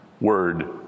word